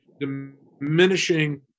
diminishing